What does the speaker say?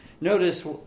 Notice